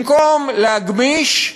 במקום להגמיש,